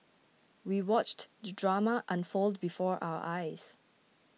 we watched the drama unfold before our eyes